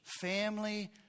family